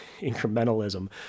incrementalism